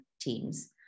teams